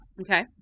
Okay